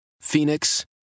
Phoenix